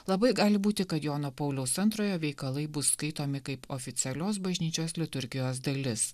labai gali būti kad jono pauliaus antrojo veikalai bus skaitomi kaip oficialios bažnyčios liturgijos dalis